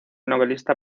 novelista